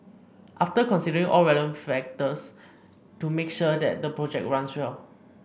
after considering all relevant factors to make sure that the project runs well